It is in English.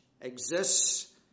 exists